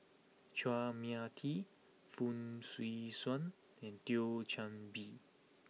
Chua Mia Tee Fong Swee Suan and Thio Chan Bee